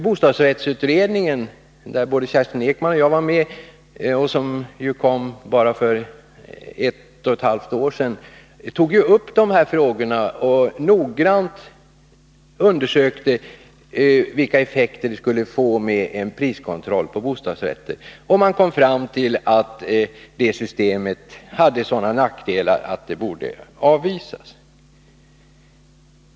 Bostadsrättsutredningen — där både Kerstin Ekman och jag är med och som kom med sitt betänkande bara för ett och ett halvt år sedan — tog upp dessa frågor och undersökte noggrant vilka effekter en priskontroll på bostadsrätter skulle få. Utredningen kom fram till att det systemet hade sådana nackdelar att det borde avvisas.